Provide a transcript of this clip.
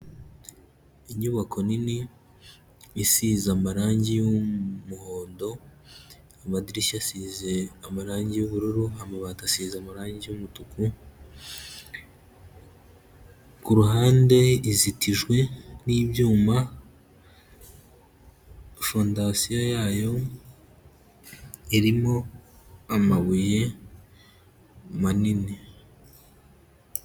Inyubako nini isize amarangi y'umuhondo, amadirishya asize amarangi y'ubururu, amabati asize amarangi y'umutuku, ku ruhande izitijwe n'ibyuma, fondasiyo yayo irimo amabuye manini.